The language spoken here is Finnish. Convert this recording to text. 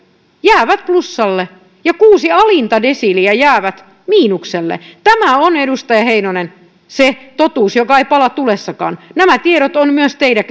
jäävät plussalle ja kuusi alinta desiiliä jäävät miinukselle tämä on edustaja heinonen se totuus joka ei pala tulessakaan nämä tiedot ovat myös teidän